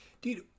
dude